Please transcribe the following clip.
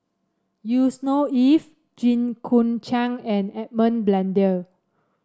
Yusnor Ef Jit Koon Ch'ng and Edmund Blundell